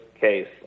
case